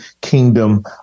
kingdom